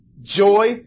Joy